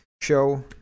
show